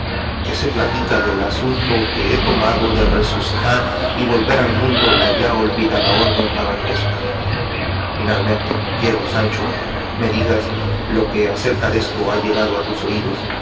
qué se platica del asumpto que he tomado de resucitar y volver al mundo la ya olvidada orden caballeresca finalmente quiero sancho me digas lo que acerca desto ha llegado a tus oídos